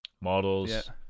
models